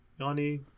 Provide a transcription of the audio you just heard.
Yanni